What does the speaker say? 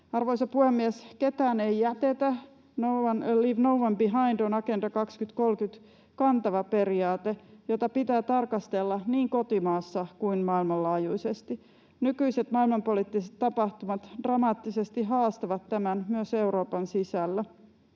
Arvoisa puhemies! ”Ketään ei jätetä”, ”leave no one behind”, on Agenda 2030:n kantava periaate, jota pitää tarkastella niin kotimaassa kuin maailmanlaajuisesti. Nykyiset maailmanpoliittiset tapahtumat dramaattisesti haastavat tämän myös Euroopan sisällä.